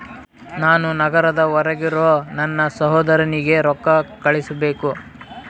ನಾನು ನಗರದ ಹೊರಗಿರೋ ನನ್ನ ಸಹೋದರನಿಗೆ ರೊಕ್ಕ ಕಳುಹಿಸಬೇಕು